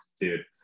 dude